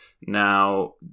now